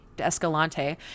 escalante